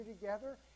together